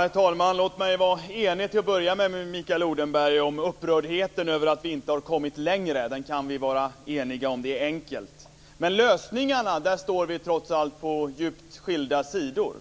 Herr talman! Låt mig till att börja med vara enig med Mikael Odenberg i upprördheten över att vi inte har kommit längre. Det kan vi vara eniga om. Det är enkelt. Men när det gäller lösningarna står vi trots allt på djupt skilda sidor.